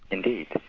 indeed.